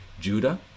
Judah